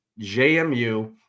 JMU